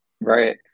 Right